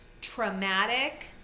traumatic